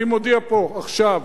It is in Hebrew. אני מודיע פה, עכשיו,